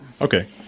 Okay